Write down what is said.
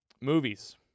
Movies